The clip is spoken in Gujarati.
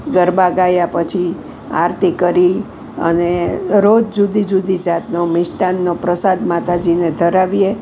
ગરબા ગાયા પછી આરતી કરી અને રોજ જુદી જુદી જાતનાં મિષ્ટાનનો પ્રસાદ માતાજીને ધરાવીએ